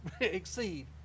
exceed